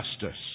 justice